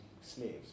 Slaves